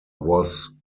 was